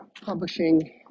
publishing